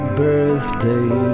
birthday